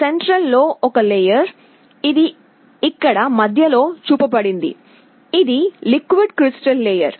central లో ఒక layer ఇది ఇక్కడ మధ్యలో చూపబడింది ఇది లిక్విడ్ క్రిస్టల్ లేయర్